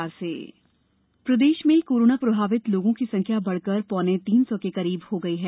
corona प्रदेश प्रदेश में कोरोना प्रभावित लोगों की संख्या बढ़कर पौने तीन सौ के करीब हो गई है